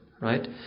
right